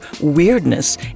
weirdness